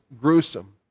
gruesome